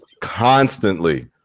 Constantly